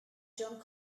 john